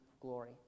glory